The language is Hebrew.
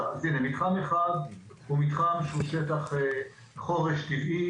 מתחם 1 הוא מתחם שהוא שטח חורש טבעי